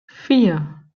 vier